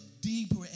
deeper